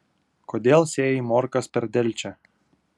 kodėl sėjai morkas per delčią